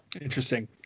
interesting